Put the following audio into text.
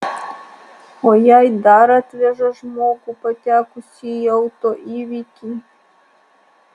o jei dar atveža žmogų patekusį į auto įvykį